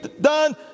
done